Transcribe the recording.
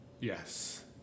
yes